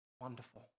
wonderful